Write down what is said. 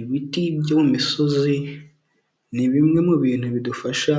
Ibiti byo mu misozi ni bimwe mu bintu bidufasha